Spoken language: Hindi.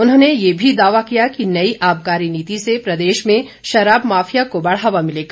उन्होंने यह भी दावा किया नई आबकारी नीति से प्रदेश में शराब माफिया को बढ़ावा मिलेगा